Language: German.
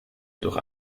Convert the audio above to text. durch